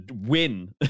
win